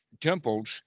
temples